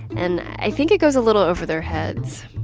and i think it goes a little over their heads.